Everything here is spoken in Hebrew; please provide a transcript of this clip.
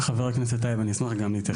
חבר הכנסת טייב, אשמח גם להתייחס.